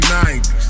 90s